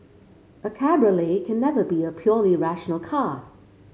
a cabriolet can never be a purely rational car